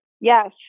Yes